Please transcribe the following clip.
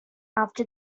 after